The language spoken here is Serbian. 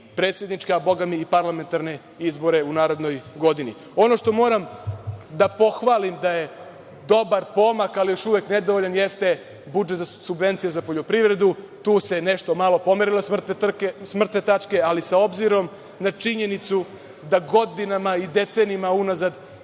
predsedničke, a bogami i parlamentarne izbore u narednoj godini. Ono što moram da pohvalim da je dobar pomaka, ali još uvek nedovoljan budžet za subvencije za poljoprivredu. Tu se nešto malo pomerilo sa mrtve tačke, ali s obzirom na činjenicu da godinama i decenijama unazad